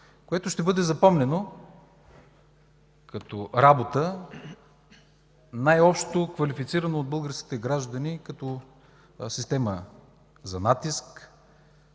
което ще бъде запомнено като работа, най-общо квалифицирана от българските граждани като система за натиск.